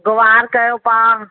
ग्वार कयो पाउ